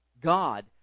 god